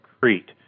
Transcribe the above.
Crete